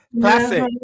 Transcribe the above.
classic